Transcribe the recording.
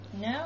No